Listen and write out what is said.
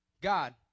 God